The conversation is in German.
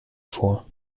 vor